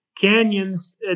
canyons